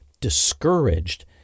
discouraged